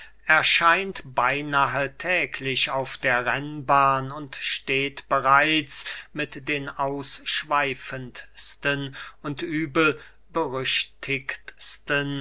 erscheint beynahe täglich auf der rennbahn und steht bereits mit den ausschweifendsten und übel